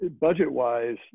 budget-wise